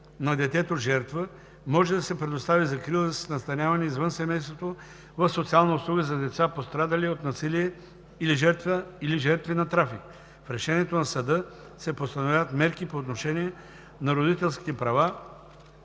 на детето – жертва може да се предостави закрила с настаняване извън семейството в социална услуга за деца, пострадали от насилие или жертви на трафик. В решението на съда се постановяват мерки по отношение на родителските права